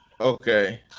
okay